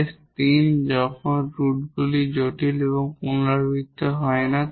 case III যখন রুটগুলি complex এবং রিপিটেড হয় না